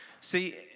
see